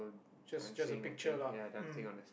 just just a picture lah mm